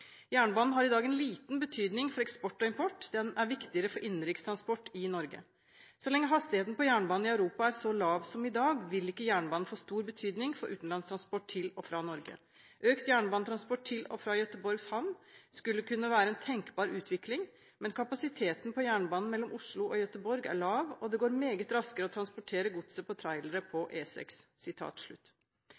har i dag en liten betydning for eksport og import, den er viktigere for innenriks transport i Norge. Så lenge hastigheten på jernbanen i Europa er så lav som i dag vil ikke jernbanen få stor betydning for utenlandstransport til og fra Norge. Økt jernbanetransport til og fra Göteborgs havn skulle kunne være en tenkbar utvikling, men kapasiteten på jernbanen mellom Oslo og Göteborg er lav og det går meget raskere å transportere godset på trailere på